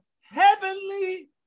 heavenly